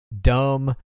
dumb